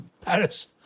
Paris